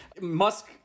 Musk